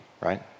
right